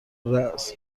راس